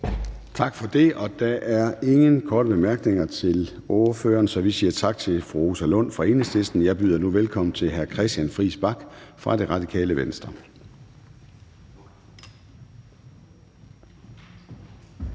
Tak for det. Og der er ingen korte bemærkninger til ordføreren, så vi siger tak til fru Rosa Lund fra Enhedslisten. Jeg byder nu velkommen til hr. Christian Friis Bach fra Radikale Venstre.